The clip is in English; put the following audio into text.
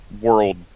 world